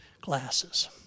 glasses